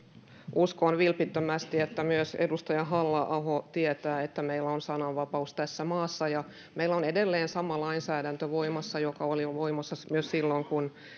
uskon vilpittömästi että myös edustaja halla aho tietää että meillä on sananvapaus tässä maassa meillä on edelleen sama lainsäädäntö voimassa joka oli jo voimassa myös silloin kun